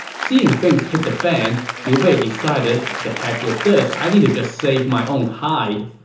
seeing things hit the fan, liu bei decided, the heck with this, i need to just save my own hide.